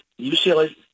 UCLA